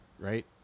right